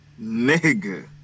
Nigga